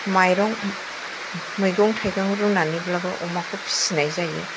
माइरं मैगं थायगं रुनानैब्लाबो अमाखौ फिसिनाय जायो